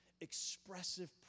Expressive